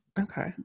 Okay